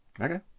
Okay